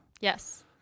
Yes